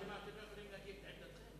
אתם יכולים להציג את עמדתכם.